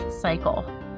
cycle